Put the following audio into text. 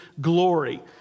glory